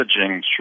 messaging